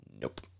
Nope